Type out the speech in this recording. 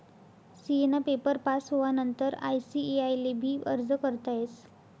CA ना paper pass होवानंतर ICAI ले भी अर्ज करता येस